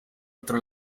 otro